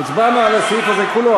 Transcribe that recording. הצבענו על הסעיף הזה כולו.